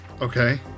Okay